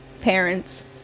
parents